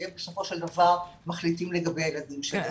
כי הם בסופו של דבר מחליטים לגבי הילדים שלהם.